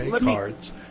cards